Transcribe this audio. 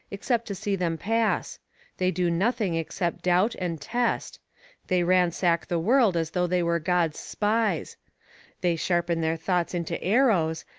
except to see them pass they do nothing except doubt and test they ransack the world as though they were god's spies they sharpen their thoughts into arrows,